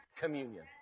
communion